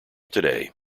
today